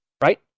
right